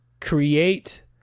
create